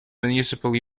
municipal